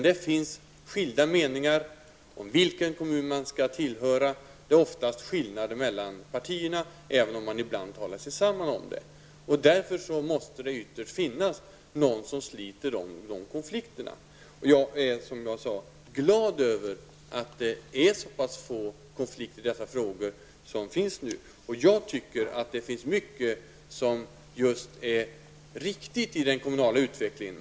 Det finns skilda meningar om vilken kommun man skall tillhöra. Det är oftast skillnader mellan partierna, även om man ibland talar sig samman om det. Det måste därför ytterst finnas någon som löser dessa konflikter. Jag är -- som jag sade -- glad över att det är så pass få konflikter i dessa frågor. Jag tycker att det finns mycket som är riktigt i den kommunala utvecklingen.